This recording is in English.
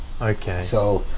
Okay